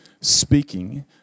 speaking